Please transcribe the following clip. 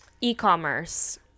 e-commerce